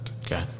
Okay